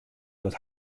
dat